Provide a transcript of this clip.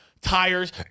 tires